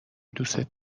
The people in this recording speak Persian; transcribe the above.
دوستت